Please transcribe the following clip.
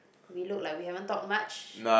we look like we haven't talk much